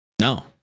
no